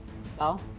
spell